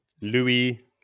Louis